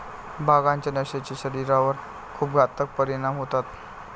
भांगाच्या नशेचे शरीरावर खूप घातक परिणाम होतात